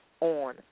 on